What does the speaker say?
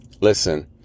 Listen